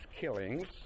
killings